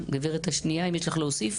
הגברת השנייה, יש לך מה להוסיף?